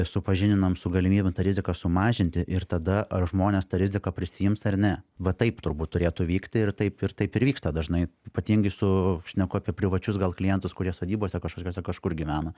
supažindinam su galimybe tą riziką sumažinti ir tada ar žmonės tą riziką prisiims ar ne va taip turbūt turėtų vykti ir taip ir taip ir vyksta dažnai ypatingai su šneku apie privačius gal klientus kurie sodybose kažkokiuose kažkur gyvena